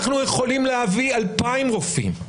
אנחנו יכולים להביא 2,000 רופאים.